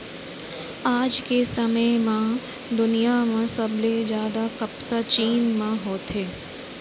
आज के समे म दुनिया म सबले जादा कपसा चीन म होथे